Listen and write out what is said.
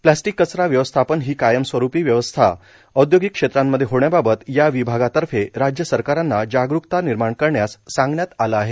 plastic कचरा व्यवस्थापन ही कायमस्वरूपी व्यवस्था औद्योगिक क्षेत्रांमध्ये होण्याबाबत या विभागातर्फे राज्य सरकारांना जागरूकता निर्माण करण्यास सांगण्यात आलं आहे